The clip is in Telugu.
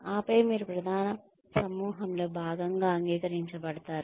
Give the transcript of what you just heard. ఆపై మీరు ప్రధాన సమూహంలో భాగంగా అంగీకరించబడతారు